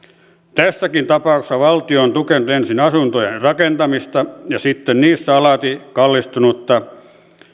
tässäkin tapauksessa valtio on tukenut ensin asuntojen rakentamista ja sitten niissä alati kallistunutta